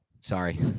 sorry